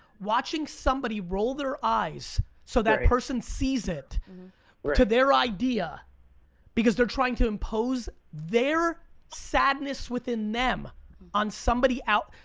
watching somebody roll their eyes so that person sees it to their idea because they're trying to impose their sadness within them on somebody else.